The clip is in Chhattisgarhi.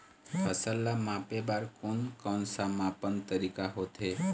फसल ला मापे बार कोन कौन सा मापन तरीका होथे?